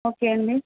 okay అండి